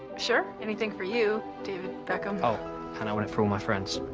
sure, anything for you, david beckham. oh, and i want it for all my friends.